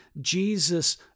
Jesus